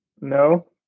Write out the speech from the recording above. No